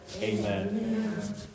Amen